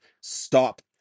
stop